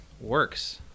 works